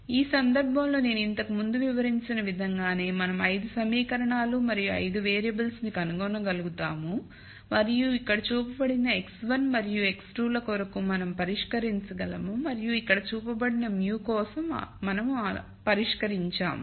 ఈ సందర్భంలో నేను ఇంతకు ముందు వివరించిన విధంగానే మనం 5 సమీకరణాలు మరియు 5 వేరియబుల్స్ ను కనుగొనగలుగుతాము మరియు ఇక్కడ చూపబడిన x1 మరియు x2 ల కొరకు మనం పరిష్కరించగలము మరియు ఇక్కడ చూపబడిన μ కోసం మనం పరిష్కరించాము